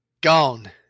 Gone